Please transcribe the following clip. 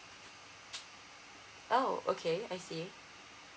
oh okay I see